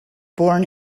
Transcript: born